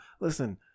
Listen